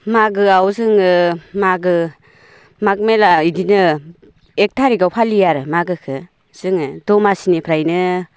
मागोआव जोङो मागो माग मेला बिदिनो एक थारिकआव फालियो आरो मागोखौ जोङो दमासिनिफ्रायनो